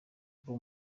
bwo